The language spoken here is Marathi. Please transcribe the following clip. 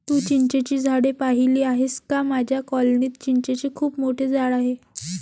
तू चिंचेची झाडे पाहिली आहेस का माझ्या कॉलनीत चिंचेचे खूप मोठे झाड आहे